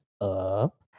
up